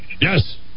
yes